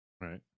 Right